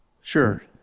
Sure